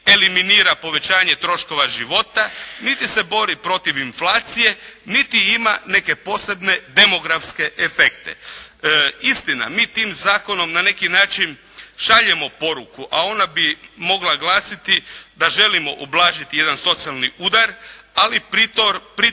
eliminira povećanje troškova života, niti se bori protiv inflacije, niti ima neke posebne demografske efekte. Istina, mi tim zakonom na neki način šaljemo poruku, a ona bi mogla glasiti da želimo ublažiti jedan socijalni udar, ali pritom